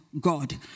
God